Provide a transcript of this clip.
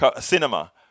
Cinema